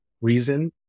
reason